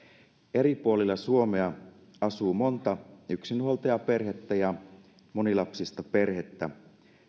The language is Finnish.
eri puolilla suomea asuu monta yksinhuoltajaperhettä ja monilapsista perhettä